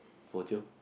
bo jio